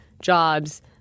jobs